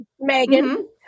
Megan